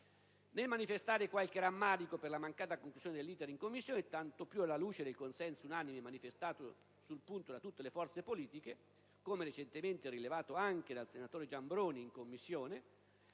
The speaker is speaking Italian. Nel manifestare qualche rammarico per la mancata conclusione dell'*iter* in Commissione, tanto più alla luce del consenso unanime manifestato sul punto da tutte le forze politiche, come recentemente rilevato anche dal senatore Giambrone in Commissione,